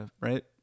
right